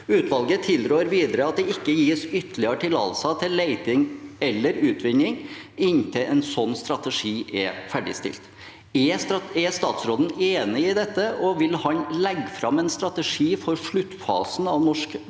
Utvalget tilrår videre at det ikke gis ytterligere tillatelser til leting eller utvinning inntil en slik strategi er ferdigstilt. Er statsråden enig i dette, og vil han legge fram en strategi for sluttfasen av norsk